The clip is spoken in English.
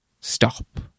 stop